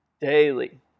Daily